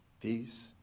Peace